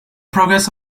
progress